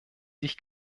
sich